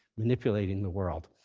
manipulating the world.